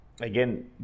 again